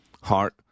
heart